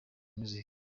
music